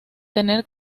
tener